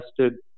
tested